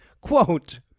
Quote